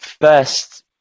first